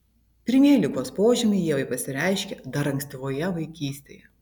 pirmieji ligos požymiai ievai pasireiškė dar ankstyvoje vaikystėje